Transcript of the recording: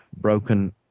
broken